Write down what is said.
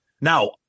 Now